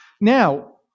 Now